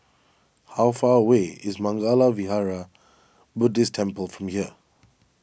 how far away is Mangala Vihara Buddhist Temple from here